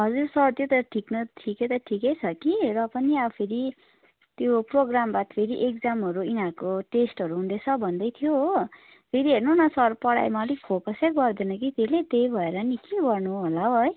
हजुर सर त्यो त ठिक न ठिकै त ठिकै छ कि र पनि अब फेरि त्यो प्रोग्राम बाद फेरि इक्जामहरू फेरि यिनीहरूको टेस्टहरू हुँदछ भन्दै थियो हो फेरि हेर्नु न सर पढाइमा अलिक फोकस नै गर्दैन कि त्यसैले त्यही भएर नि के गर्नु होला हौ है